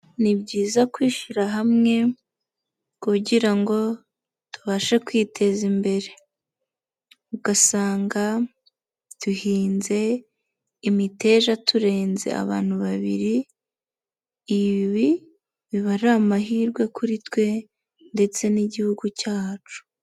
Ni byiza kwishyira hamwe kugira ngo tubashe kwiteza imbere. Ugasanga duhinze imiteja turenze abantu babiri ibi biba ari amahirwe kuri twe ndetse n'igihugu cyacu.